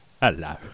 Hello